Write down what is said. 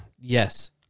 Yes